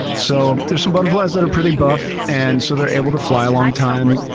so there's some butterflies that are pretty buff and so they're able to fly a long time,